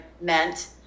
meant